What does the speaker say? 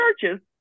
churches